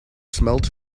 smelt